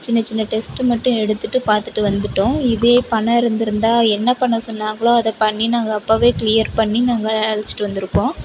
சின்ன சின்ன டெஸ்ட்டு மட்டும் எடுத்துட்டு பார்த்துட்டு வந்துவிட்டோம் இதே பணம் இருந்துருந்தா என்ன பண்ண சொன்னாங்களோ அதை பண்ணி நாங்கள் அப்போவே க்ளீயர் பண்ணி நாங்கள் அழைச்சிட்டு வந்துயிருப்போம்